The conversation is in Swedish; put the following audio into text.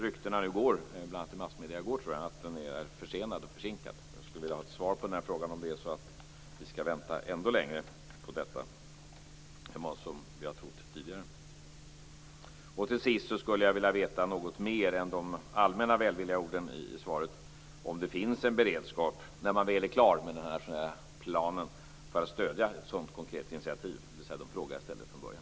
Ryktena går nu, bl.a. i massmedierna i går, att den är försenad. Jag skulle vilja ha ett svar på frågan om vi skall vänta ännu längre på detta än vad vi tidigare har trott. Till sist skulle jag vilja veta något mer än de allmänna välvilliga orden i svaret om det finns en beredskap, när man väl är klar med planen, att stödja ett sådant konkret initiativ, dvs. de frågor som jag ställde från början.